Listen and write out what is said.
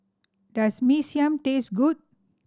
does Mee Siam taste good